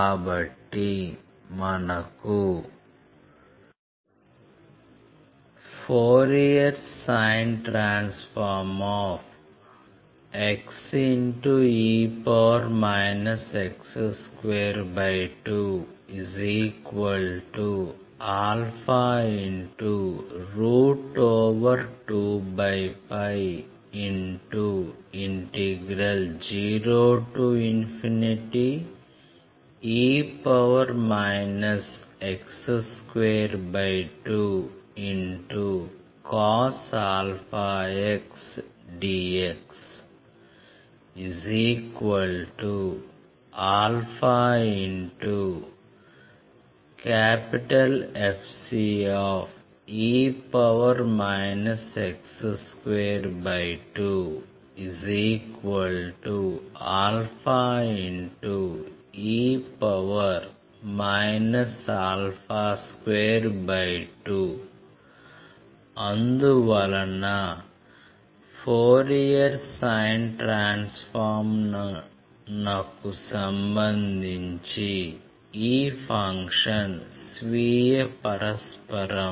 కాబట్టి మనకు Fsxe x22α20e x22cos αx dxαFce x22αe 22 అందువలన ఫోరియర్ సైన్ ట్రాన్స్ఫార్మ్ నకు సంబంధించి ఈ ఫంక్షన్ స్వీయ పరస్పరం